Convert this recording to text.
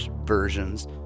versions